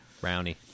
Brownie